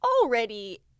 already